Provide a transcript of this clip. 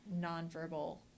nonverbal